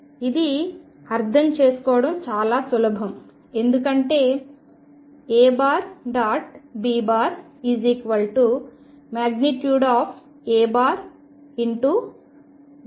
ఇది అర్థం చేసుకోవడం చాలా సులభం ఎందుకంటే A B |A |Bcos